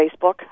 Facebook